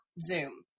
Zoom